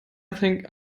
think